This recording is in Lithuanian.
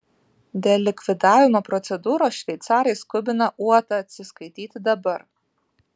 dėl likvidavimo procedūros šveicarai skubina uotą atsiskaityti dabar